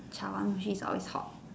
chawanmushi is always hot